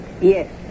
Yes